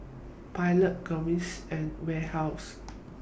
Pilot Gaviscon and Warehouse